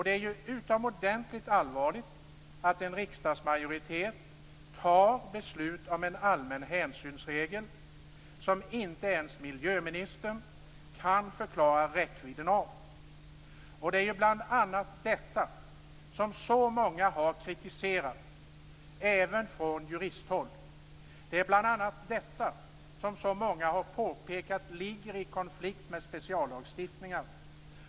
Det är utomordentligt allvarligt att en riksdagsmajoritet tar beslut om en allmän hänsynsregel, som inte ens miljöministern kan förklara räckvidden av. Det är bl.a. detta som så många har kritiserat, även jurister. Det är bl.a. detta som så många har påpekat ligger i konflikt med speciallagstiftningar.